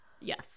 Yes